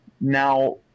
now